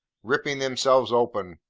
ripping themselves open,